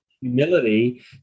humility